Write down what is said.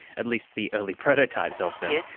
at least the early prototypes of them.